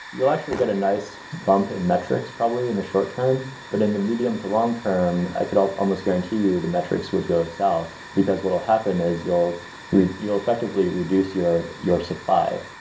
you'll actually get a nice bump in metrics probably in the short term. but in the medium to long term, i could almost guarantee you the metrics would go south because what will happen is you'll effectively reduce your your supply,